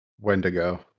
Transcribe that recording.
Wendigo